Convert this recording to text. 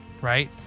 right